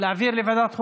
להעביר לוועדת חוקה?